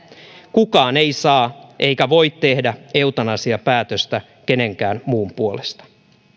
kukaan ei saa eikä voi tehdä eutanasiapäätöstä kenenkään muun puolesta